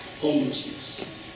homelessness